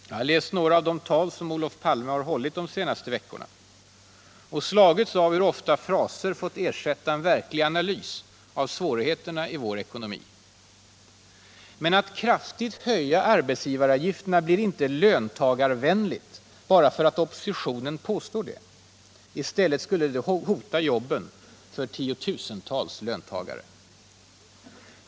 Jag har läst några av de tal Olof Palme har hållit de senaste veckorna och slagits av hur ofta fraser fått ersätta en verklig analys av svårigheterna i vår ekonomi. Men att kraftigt höja arbetsgivaravgifterna blir inte ”löntagarvänligt” bara för att oppositionen påstår det — i stället skulle det hota jobben för tiotusentals löntagare.